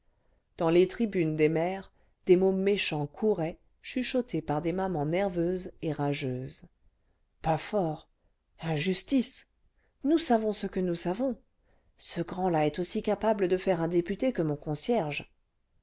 dans les tribunes des mères des mots méchants couraient chuchotes par des mamans nerveuses et rageuses ce pas fort injustice nous savons ce que nous savons ce grand là est aussi capable cle faire un député que mon concierge